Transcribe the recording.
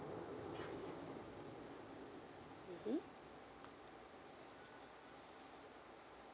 mm